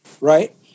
right